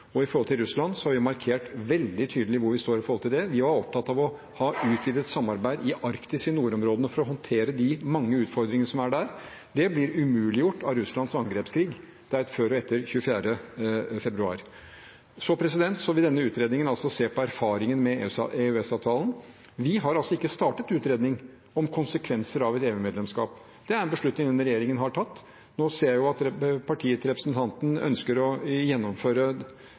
og i forhold til Russland har vi markert veldig tydelig hvor vi står. Vi er opptatt av å ha utvidet samarbeid i Arktis, i nordområdene, for å håndtere de mange utfordringene som er der. Det blir umuliggjort av Russlands angrepskrig. Det er et før og etter 24. februar. Så vil denne utredningen altså se på erfaringen med EØS-avtalen. Vi har altså ikke startet utredning om konsekvenser av et EU-medlemskap. Det er en beslutning denne regjeringen har tatt. Nå ser jeg jo at partiet til representanten ønsker å gjennomføre